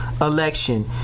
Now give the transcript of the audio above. election